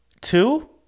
two